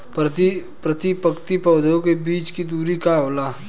प्रति पंक्ति पौधे के बीच के दुरी का होला?